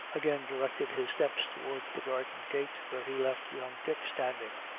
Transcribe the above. again directed his steps towards the garden gate, where he left young dick standing.